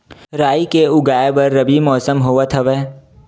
राई के उगाए बर रबी मौसम होवत हवय?